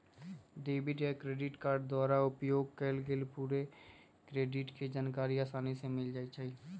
debit आ credit card द्वारा उपयोग कएल गेल पूरे क्रेडिट के जानकारी असानी से मिल जाइ छइ